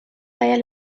talla